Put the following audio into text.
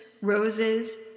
roses